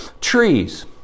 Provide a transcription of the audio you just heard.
trees